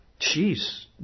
Jeez